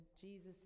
Jesus